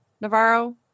Navarro